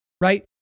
right